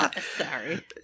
sorry